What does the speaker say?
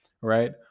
right